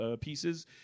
pieces